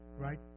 right